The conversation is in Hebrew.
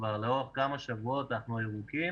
כבר לאורך כמה שבועות אנחנו ירוקים